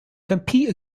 compete